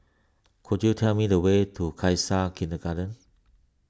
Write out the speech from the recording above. could you tell me the way to Khalsa Kindergarten